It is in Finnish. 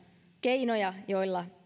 keinoja joilla